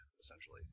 essentially